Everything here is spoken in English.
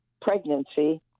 pregnancy